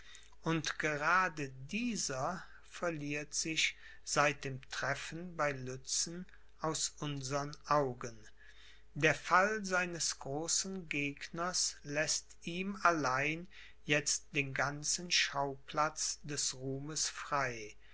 und gerade dieser verliert sich seit dem treffen bei lützen aus unsern augen der fall seines großen gegners läßt ihm allein jetzt den ganzen schauplatz des ruhmes frei